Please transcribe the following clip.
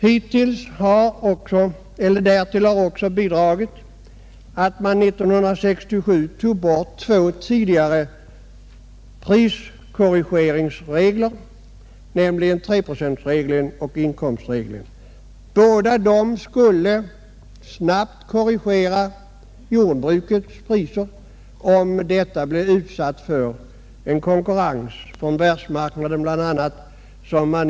Därtill har bidragit att man 1967 tog bort två tidigare priskorrigeringsregler, nämligen 3-procentsregeln och inkomstregeln. Dessa skulle snabbt korrigera jordbrukets priser t.ex. om detta blev utsatt för en konkurrens från världsmarknaden Över en viss gräns.